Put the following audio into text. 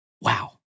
Wow